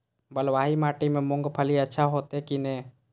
बलवाही माटी में मूंगफली अच्छा होते की ने?